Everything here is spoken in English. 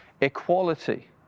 equality